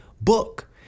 book